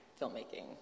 filmmaking